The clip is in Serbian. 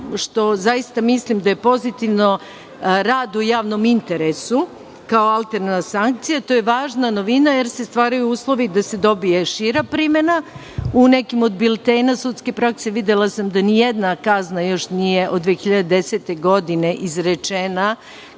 što zaista mislim da je pozitivno, rad u javnom interesu, kao alterna sankcija, to je važna novina, jer se stvaraju uslovi da se dobije šira primena. U nekim od biltena sudske prakse, videla sam da nijedna kazna nije još od 2010. godine izrečena,